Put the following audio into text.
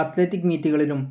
athletic മീറ്റുകളിലും